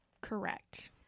Correct